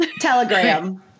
Telegram